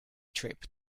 trip